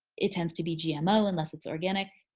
it tends to be gmo unless it's organic.